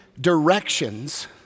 directions